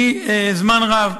זמן רב,